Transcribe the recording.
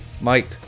Mike